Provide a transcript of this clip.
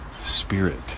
spirit